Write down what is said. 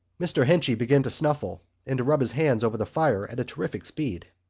mr. henchy began to snuffle and to rub his hands over the fire at a terrific speed.